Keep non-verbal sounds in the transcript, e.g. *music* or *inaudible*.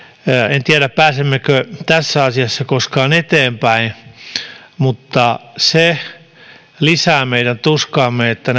en tiedä pääsemmekö tässä asiassa koskaan eteenpäin mutta se lisää meidän tuskaamme että *unintelligible*